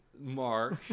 Mark